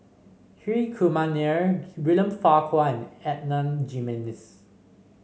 Hri Kumar Nair William Farquhar and Adan Jimenez